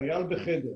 חייל בחדר.